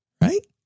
Right